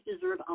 deserve